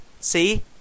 See